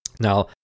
Now